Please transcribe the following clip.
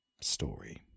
story